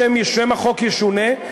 שם החוק ישונה,